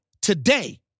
today